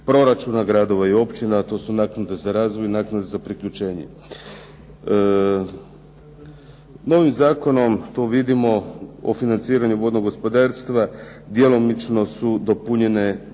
proračuna gradova i općina to su naknade za razvoj i naknada za priključenje. Novim Zakonom to vidimo o financiranju vodnog gospodarstva djelomično su dopunjene